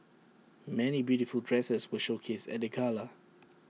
many beautiful dresses were showcased at the gala